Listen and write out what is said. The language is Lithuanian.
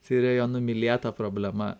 tai yra jo numylėta problema